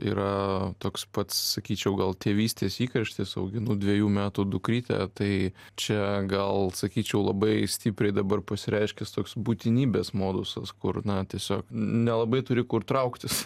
yra toks pats sakyčiau gal tėvystės įkarštis auginu dvejų metų dukrytę tai čia gal sakyčiau labai stipriai dabar pasireiškęs toks būtinybės modusas kur na tiesiog nelabai turi kur trauktis